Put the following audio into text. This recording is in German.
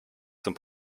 zum